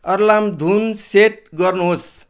alarm धुन set गर्नुहोस्